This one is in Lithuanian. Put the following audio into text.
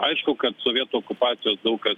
aišku kad sovietų okupacijos daug kas